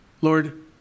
Lord